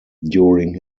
during